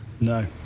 No